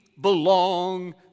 belong